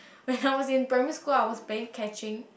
when I was in primary school I was playing catching